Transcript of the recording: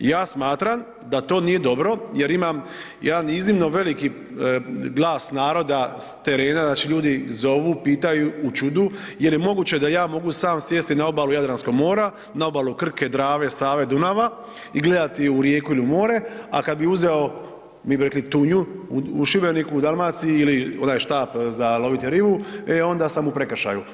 I ja smatram da to nije dobro, jer imam jedan iznimno veliki glas naroda s terena, znači ljudi zovu, pitaju u čudu, jel je moguće da ja mogu sam sjesti na obalu Jadranskog mora, na obalu Krke, Drave, Save, Dunava i gledati u rijeku ili more, a kad bi uzeo, mi bi rekli tunju u Šibeniku, u Dalmaciji ili onaj štap za loviti ribu, e onda sam u prekršaju.